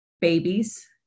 babies